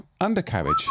undercarriage